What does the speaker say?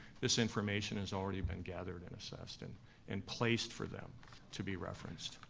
this information has already been gathered and assessed and and placed for them to be referenced.